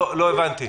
לא הבנתי.